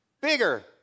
bigger